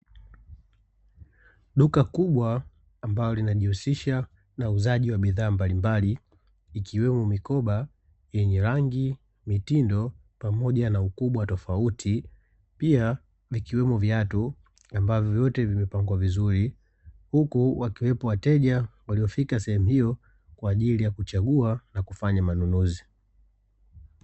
Duka kubwa ambalo linajihusisha na uuzaji wa bidhaa mbalimbali, ikiwemo mikoba yenye rangi, mitindo na ukubwa tofauti, pamoja na viatu, uko vizuri, huku wakiwepo wateja waliofika sehemu hiyo kwa ajili ya kuchagua na kufanya manunuzi.